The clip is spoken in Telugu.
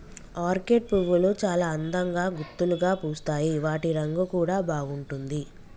ఆర్కేడ్ పువ్వులు చాల అందంగా గుత్తులుగా పూస్తాయి వాటి రంగు కూడా బాగుంటుంది